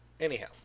Anyhow